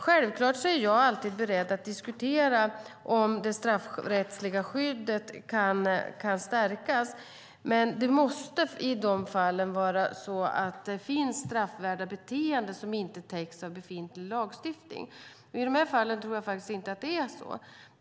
Självklart är jag alltid beredd att diskutera om det straffrättsliga skyddet kan stärkas, men det måste i de fallen vara så att det finns straffvärda beteenden som inte täcks av befintlig lagstiftning. I de här fallen tror jag faktiskt inte att det är så.